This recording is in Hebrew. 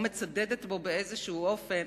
או מצדדת בו באיזה אופן,